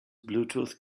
bluetooth